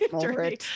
Dirty